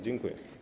Dziękuję.